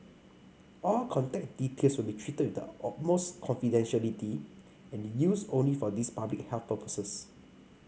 all contact details will be treated the utmost confidentiality and used only for these public health purposes